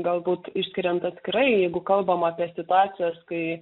galbūt išskiriant atskirai jeigu kalbam apie situacijas kai